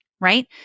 right